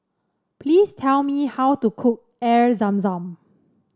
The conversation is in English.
please tell me how to cook Air Zam Zam